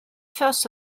first